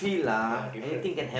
ya different